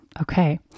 Okay